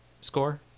score